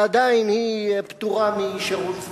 ועדיין היא פטורה משירות צבאי.